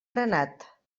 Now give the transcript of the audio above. granat